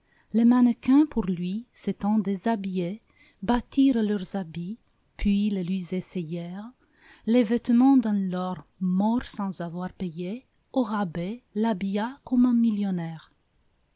les mannequins pour lui s'étant déshabillés battirent leurs habits puis les lui essayèrent le vêtement d'un lord mort sans avoir payé au rabais l'habilla comme un millionnaire